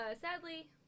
sadly